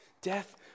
Death